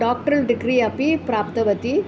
doctoral degree अपि प्राप्तवती